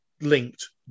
linked